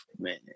man